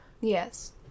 Yes